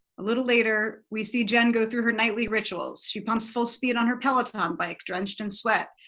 a little later we see jen go through her nightly rituals, she pumps full speed on her peloton bike drenched in sweat.